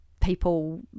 people